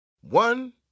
One